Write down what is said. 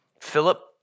Philip